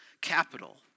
capital